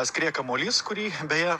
skrieja kamuolys kurį beje